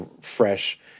fresh